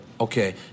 Okay